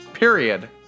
Period